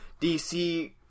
dc